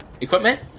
equipment